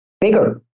bigger